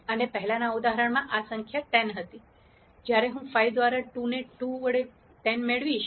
અને પહેલાનાં ઉદાહરણમાં આ સંખ્યા 10 હતી જ્યારે હું 5 દ્વારા 2 ને 2 વડે 10 મેળવીશ